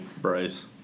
Bryce